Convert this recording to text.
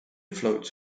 floats